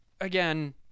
Again